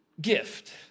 gift